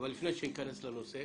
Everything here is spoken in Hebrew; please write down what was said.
לפני שניכנס לנושא